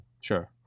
Sure